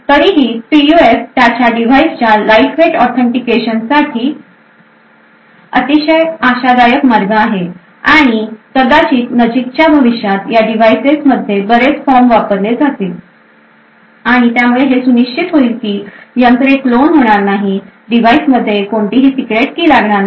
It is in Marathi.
तरीही पीयूएफ त्याच्या डिव्हाइसच्या लाईटवेट ऑथेंटिकेशनसाठी अतिशय आशादायक मार्ग आहे आणि कदाचित नजीकच्या भविष्यात या डिव्हायसेस मध्ये बरेच फॉर्म वापरले जातील आणि यामुळे हे सुनिश्चित होईल की यंत्रे क्लोन होणार नाहीत डिव्हाइसमध्ये कोणतीही सीक्रेट की लागणार नाही